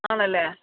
ആണല്ലേ